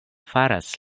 faras